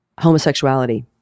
homosexuality